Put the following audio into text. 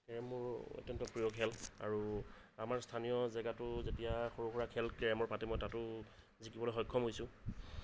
carrom মোৰ অত্যন্ত প্ৰিয় খেল আৰু আমাৰ স্থানীয় জাগাতো যেতিয়া সৰু সুৰা খেল কেৰমৰ পাতে মই তাতো জিকিবলৈ সক্ষম হৈছোঁ